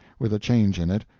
with a change in it,